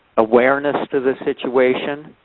awareness to the situation.